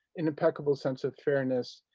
an impeccable sense of fairness,